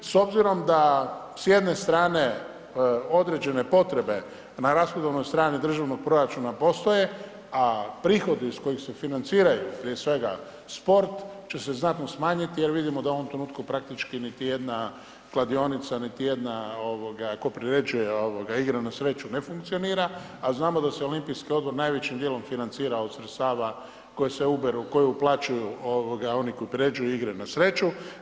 S obzirom da s jedne strane određene potrebe na rashodovnoj strani državnog proračuna postoje, a prihodi iz kojih se financiraju prije svega sport će se znatno smanjiti jer vidimo da u ovom trenutku praktički niti jedna kladionica, niti jedna ovoga tko priređuje igre na sreću ne funkcionira, a znamo da se olimpijski odbor najvećim dijelom financira od sredstava koje se uberu, koje uplaćuju ovoga oni koji priređuju igre na sreću.